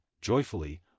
joyfully